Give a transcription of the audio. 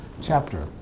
chapter